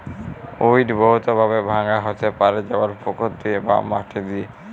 weed বহুত ভাবে ভাঙা হ্যতে পারে যেমল পুকুর দিয়ে বা মাটি দিয়ে